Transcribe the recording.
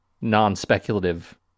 non-speculative